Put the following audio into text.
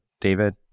David